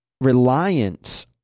reliance